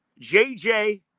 JJ